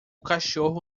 cachorro